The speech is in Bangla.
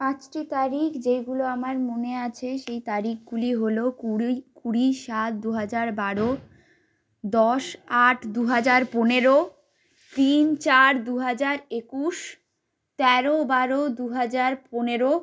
পাঁচটি তারিখ যেইগুলো আমার মনে আছে সেই তারিকগুলি হলো কুড়ি কুড়ি সাত দু হাজার বারো দশ আট দু হাজার পনেরো তিন চার দু হাজার একুশ তেরো বারো দু হাজার পনেরো